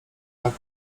tak